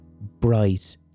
bright